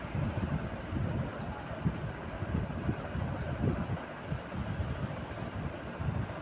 सब्जी के बीज ऑनलाइन लेला पे अच्छा आवे छै, जे कारण सब्जी के बीज ऑनलाइन चलन आवी गेलौ छै?